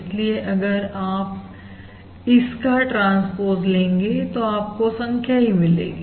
इसलिए अगर आप इसका ट्रांसपोज लेंगे तो आपको संख्या ही मिलेगी